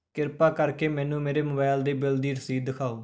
ਕਿਰਪਾ ਕਰਕੇ ਮੈਨੂੰ ਮੇਰੇ ਮੋਬਾਈਲ ਦੇ ਬਿੱਲ ਦੀ ਰਸੀਦ ਦਿਖਾਓ